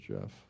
Jeff